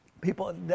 People